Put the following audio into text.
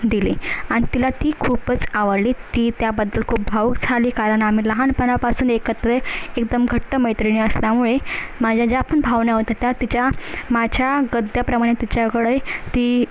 दिली आणि तिला ती खूपच आवडली ती त्याबद्दल खूप भावूक झाली कारण आम्ही लहानपणापासून एकत्र आहे एकदम घट्ट मैत्रिणी असल्यामुळे माझ्या ज्या पण भावना होत्या त्या तिच्या माझ्या गद्याप्रमाणे तिच्याकडे ती